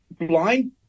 Blind